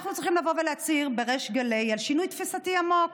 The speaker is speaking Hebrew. אנחנו צריכים לבוא ולהצהיר בריש גלי על שינוי תפיסתי עמוק,